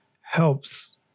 helps